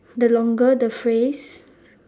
the longer the phrase